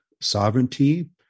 sovereignty